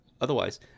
otherwise